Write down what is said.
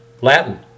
Latin